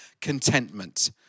contentment